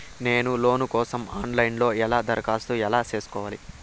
నేను లోను కోసం online లో ఎలా దరఖాస్తు ఎలా సేసుకోవాలి?